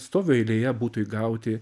stovi eilėje butui gauti